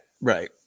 Right